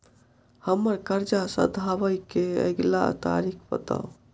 हम्मर कर्जा सधाबई केँ अगिला तारीख बताऊ?